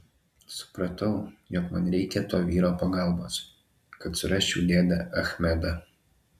supratau jog man reikia to vyro pagalbos kad surasčiau dėdę achmedą